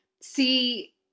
see